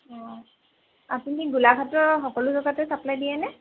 অ' আপুনি গোলাপ হাতৰ সকলো জাগাতে চাপ্লাই দিয়েনে